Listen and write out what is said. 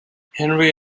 henry